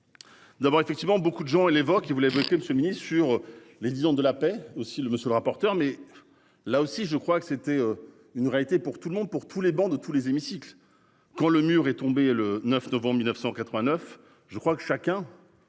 D'abord effectivement beaucoup de gens, elle évoque qui voulaient bloquer le ce midi sur. Les disons de la paix aussi le monsieur le rapporteur. Mais là aussi je crois que c'était une réalité pour tout le monde, pour tous les bancs de tous les hémicycles quand le mur est tombé le 9 novembre 1989. Je crois que chacun.